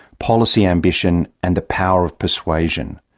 policy ambition, and the power of persuasion.